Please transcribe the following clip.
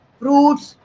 fruits